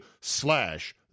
slash